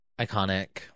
Iconic